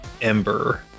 ember